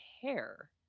hair